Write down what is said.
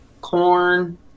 corn